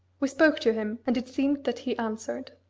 we spoke to him, and it seemed that he answered.